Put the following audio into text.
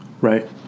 Right